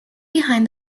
behind